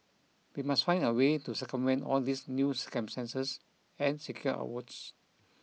we must find a way to circumvent all these new circumstances and secure our votes